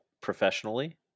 professionally